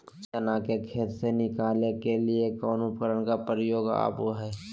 चना के खेत से निकाले के लिए कौन उपकरण के प्रयोग में आबो है?